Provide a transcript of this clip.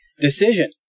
decision